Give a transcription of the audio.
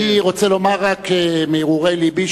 אני רוצה לומר רק מהרהורי לבי,